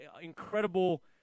incredible